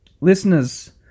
Listeners